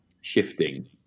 shifting